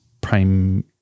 prime